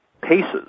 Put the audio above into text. paces